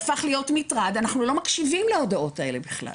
אנחנו לא מקשיבים להודעות האלה בכלל,